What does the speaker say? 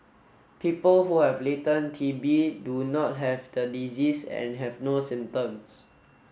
people who have latent T B do not have the disease and have no symptoms